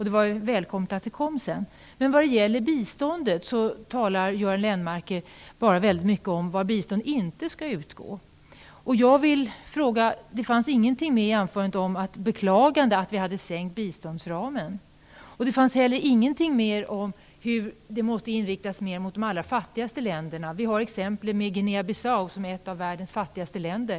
Det var dock välkommet när det sedan kom. Vad gäller biståndet talar Göran Lennmarker bara om var bistånd inte skall utgå. I anförandet förekom inte något beklagande av att vi sänkt biståndsramen. Ingenting sades heller om att biståndet mera måste inriktas på de allra fattigaste länderna. Guinea Bissau är ju ett av världens fattigaste länder.